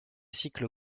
cycle